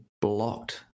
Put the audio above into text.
blocked